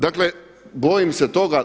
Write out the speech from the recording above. Dakle, bojim se toga.